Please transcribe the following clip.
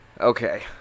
Okay